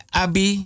abi